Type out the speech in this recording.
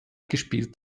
gespielt